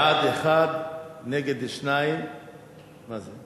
בעד, 1, נגד, 2. מה זה?